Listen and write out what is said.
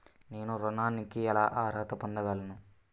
నేను ఋణానికి ఎలా అర్హత పొందగలను?